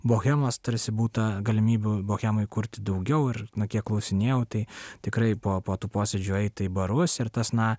bohemos tarsi būta galimybių bohemai kurti daugiau ir na kiek klausinėjau tai tikrai po po tų posėdžių eita į barus ir tas na